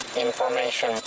information